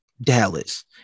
Dallas